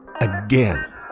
again